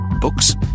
Books